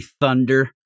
Thunder